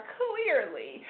clearly